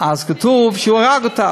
אז כתוב שהוא הרג אותה,